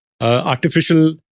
artificial